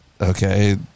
okay